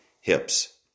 hips